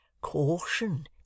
Caution